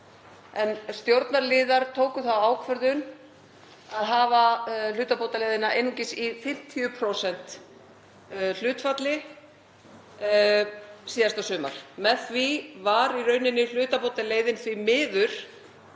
en stjórnarliðar tóku þá ákvörðun að hafa hlutabótaleiðina einungis í 50% hlutfalli síðasta sumar. Með því var hlutabótaleiðin því miður